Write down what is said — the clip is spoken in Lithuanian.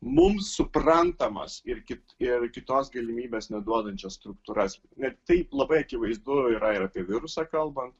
mums suprantamas ir kit ir kitos galimybės neduodančias struktūras net tai labai akivaizdu yra ir apie virusą kalbant